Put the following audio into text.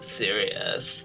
serious